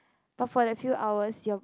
but for that few hours your